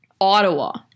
ottawa